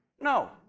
No